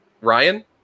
Ryan